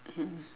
hmm